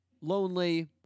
lonely